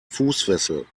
fußfessel